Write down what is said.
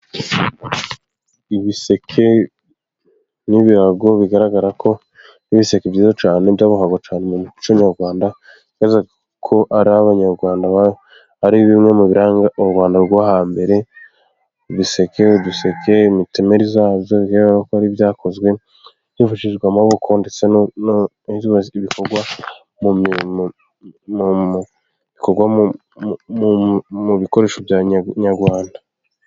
Ibiseke n'ibirago bigaragara ko n'ibiseke byiza cyane ndaboho cyane mu muco nyarwanda nezazaga ko ari abanyarwanda, ari bimwe mu biranga u rwanda rwo hambere, ibiseke, uduseke imitemeri zazo ko ari ibyakozwe byifashijwe amaboko, ndetse ibivugwa mukorwa mu bikoresho nyarwanda.